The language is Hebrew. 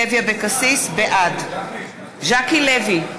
בעד ז'קי לוי,